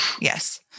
Yes